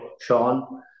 Sean